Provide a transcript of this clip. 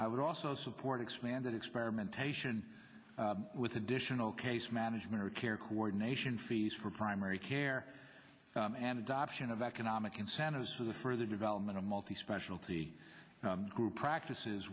i would also support expanded experimentation with additional case management of care coordination fees for primary care and adoption of economic incentives for the further development of multi specialty group practices